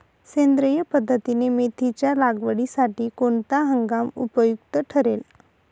सेंद्रिय पद्धतीने मेथीच्या लागवडीसाठी कोणता हंगाम उपयुक्त ठरेल?